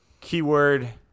keyword